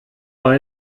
war